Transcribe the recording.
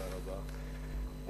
תודה רבה.